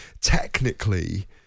technically